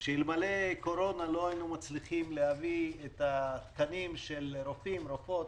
שאלמלא קורונה לא היינו מצליחים להביא את התקנים של רופאים ורופאות,